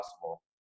possible